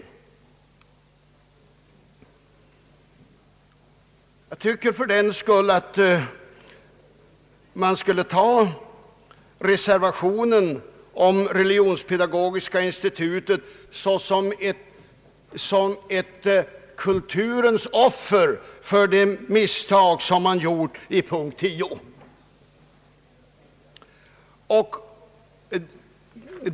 Jag tycker att kammaren bör rösta för reservationen om anslag till Religionspedagogiska institutet såsom ett kulturens offer för det misstag som begåtts och redovisas under punkt 10.